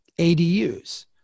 ADUs